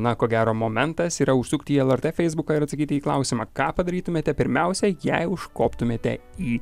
na ko gero momentas yra užsukti į lrt feisbuką ir atsakyti į klausimą ką padarytumėte pirmiausia jei užkoptumėte į